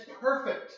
perfect